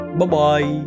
Bye-bye